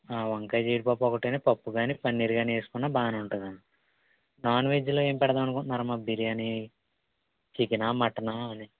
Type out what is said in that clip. వంకాయ జీడిపప్పు ఒకటిను పప్పు కానీ పన్నీర్ కానీ వేసుకున్నాబాగానే ఉంటుంది నాన్వెజ్లో ఏం పెడదాం అనుకుంటున్నారమ్మా బిర్యాని చికేనా మటనా అని